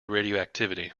radioactivity